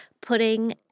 putting